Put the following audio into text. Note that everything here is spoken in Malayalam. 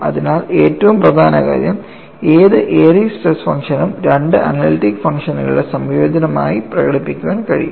അതിനാൽ ഏറ്റവും പ്രധാന കാര്യം ഏത് എയറിസ് സ്ട്രെസ് ഫംഗ്ഷനും രണ്ട് അനലിറ്റിക് ഫംഗ്ഷനുകളുടെ സംയോജനമായി പ്രകടിപ്പിക്കാൻ കഴിയും